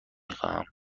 خواهم